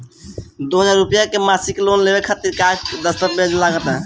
दो हज़ार रुपया के मासिक लोन लेवे खातिर का का दस्तावेजऽ लग त?